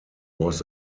was